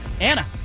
Anna